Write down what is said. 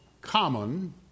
common